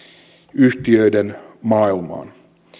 yhtiöiden maailmaan